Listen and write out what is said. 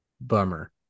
bummer